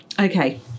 Okay